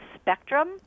spectrum